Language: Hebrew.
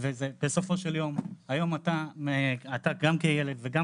ובסופו של יום היום אתה גם כילד וגם